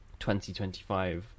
2025